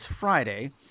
Friday